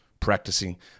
practicing